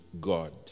God